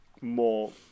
more